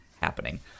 happening